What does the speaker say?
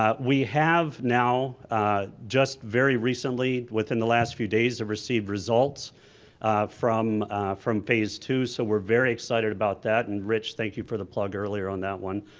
ah we have now just very recently within the last few days receive results from from phase two so we're very excited about that and rich, thank you for the plug early on that one,